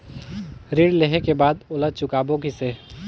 ऋण लेहें के बाद ओला चुकाबो किसे?